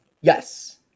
Yes